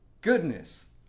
Goodness